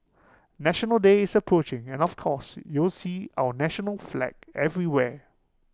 National Day is approaching and of course you'll see our national flag everywhere